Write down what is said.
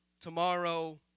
tomorrow